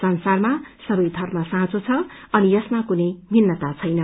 संसारमा सबै धर्म साँचो छ अनि यसमा कुनै भित्रता छैन